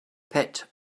pett